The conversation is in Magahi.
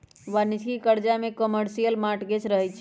वाणिज्यिक करजा में कमर्शियल मॉर्टगेज रहै छइ